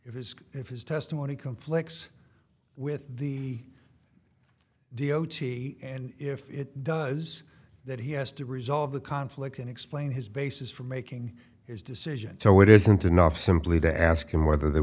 his testimony conflicts with the d o t and if it does that he has to resolve the conflict and explain his basis for making his decision so it isn't enough simply to ask him whether there